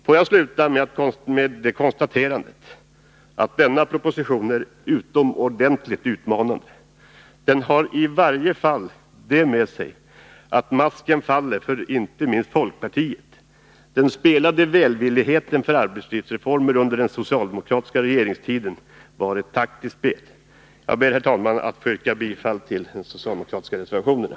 Får jag sluta med det konstaterandet att denna proposition är utomordentligt utmanande. Men den har i varje fall det med sig att masken faller för inte minst folkpartiet. Den spelade välvilligheten för arbetslivsreformer under den socialdemokratiska regeringstiden var ett taktiskt spel. Jag ber, herr talman, att få yrka bifall till de socialdemokratiska reservationerna.